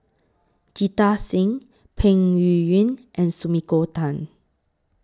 Jita Singh Peng Yuyun and Sumiko Tan